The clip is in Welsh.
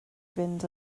fynd